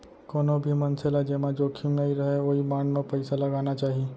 कोनो भी मनसे ल जेमा जोखिम नइ रहय ओइ बांड म पइसा लगाना चाही